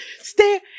Stay